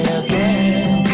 again